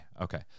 okay